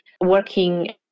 working